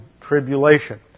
tribulation